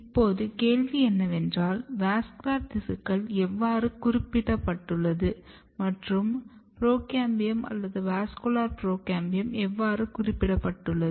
இப்போது கேள்வி என்னவென்றால் வாஸ்குலர் திசுக்கள் எவ்வாறு குறிப்பிடப்பட்டுள்ளது மற்றும் புரோகேம்பியம் அல்லது வாஸ்குலர் புரோகேம்பியம் எவ்வாறு குறிப்பிடப்பட்டுள்ளது